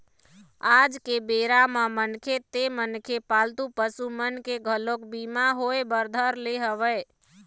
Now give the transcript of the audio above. आज के बेरा म मनखे ते मनखे पालतू पसु मन के घलोक बीमा होय बर धर ले हवय